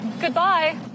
goodbye